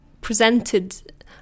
presented